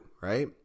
right